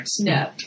no